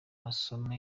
masomo